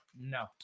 No